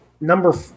number